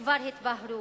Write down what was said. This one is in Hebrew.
כבר התבהר.